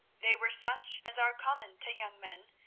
they were such as are common to young men,